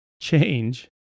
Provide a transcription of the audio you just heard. change